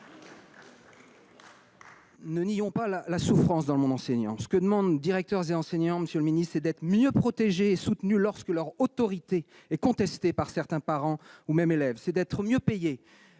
Ne nions pas la souffrance qui s'exprime dans le monde enseignant ! Ce que demandent directeurs et enseignants, monsieur le ministre, c'est d'être mieux protégés et soutenus lorsque leur autorité est contestée par certains parents et élèves. C'est aussi d'être mieux payés